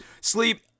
sleep